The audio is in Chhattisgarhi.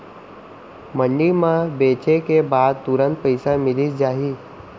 मंडी म बेचे के बाद तुरंत पइसा मिलिस जाही?